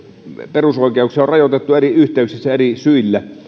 perusoikeuksia on rajoitettu eri yhteyksissä ja eri syillä